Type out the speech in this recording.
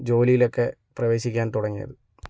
ജോലിയിലെക്കെ പ്രവേശിക്കാൻ തുടങ്ങിയത്